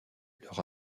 leur